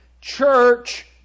church